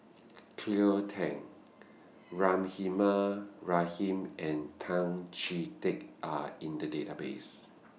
Cleo Thang Rahimah Rahim and Tan Chee Teck Are in The Database